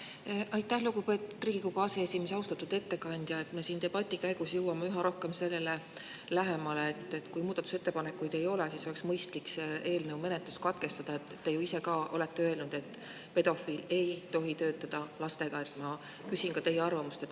Aitäh, lugupeetud Riigikogu aseesimees! Austatud ettekandja! Me siin debati käigus jõuame üha rohkem lähemale sellele, et kui muudatusettepanekuid ei ole, siis oleks mõistlik see eelnõu menetlus katkestada. Te ju ise ka olete öelnud, et pedofiil ei tohi töötada lastega. Ma küsin teie arvamust ka